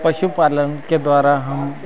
पशुपालन के द्वारा हम